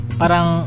parang